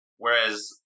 Whereas